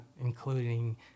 including